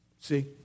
See